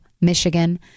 Michigan